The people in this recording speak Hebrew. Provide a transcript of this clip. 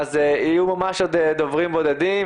יהיו עוד ממש דוברים בודדים.